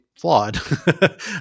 flawed